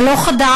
זה לא חדש.